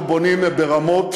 אנחנו בונים ברמות,